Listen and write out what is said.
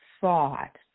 thought